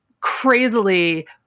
crazily